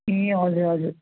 ए हजुर हजुर